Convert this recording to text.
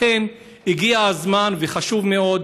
לכן, הגיע הזמן וחשוב מאוד